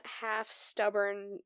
half-stubborn